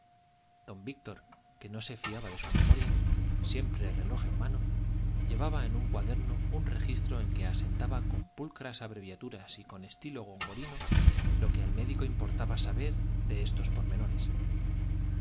don víctor que no se fiaba de su memoria siempre reloj en mano llevaba en un cuaderno un registro en que asentaba con pulcras abreviaturas y con estilo gongorino lo que al médico importaba saber de estos pormenores